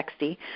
texty